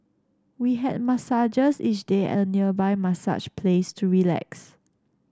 we had massages each day at a nearby massage place to relax